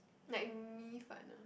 like 米粉 ah